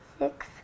six